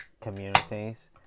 communities